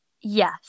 Yes